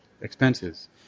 expenses